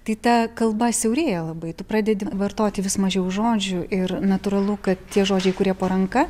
tai ta kalba siaurėja labai tu pradedi vartoti vis mažiau žodžių ir natūralu kad tie žodžiai kurie po ranka